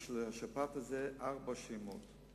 יש לשפעת הזו ארבעה שמות,